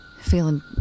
feeling